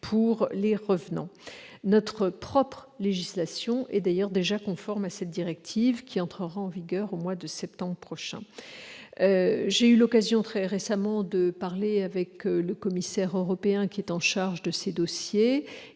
pour les « revenants ». Notre propre législation est déjà conforme à cette directive, qui entrera en vigueur au mois de septembre prochain. J'ai eu très récemment l'occasion de parler avec le commissaire européen chargé de ces dossiers.